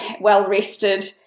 well-rested